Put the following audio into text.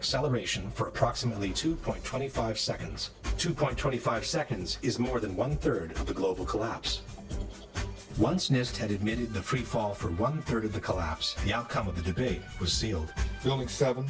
acceleration for approximately two point five seconds two point twenty five seconds is more than one third of the global collapse once nist had admitted the freefall from one third of the collapse the outcome of the debate was sealed building seve